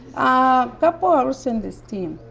a couple hours in the steam,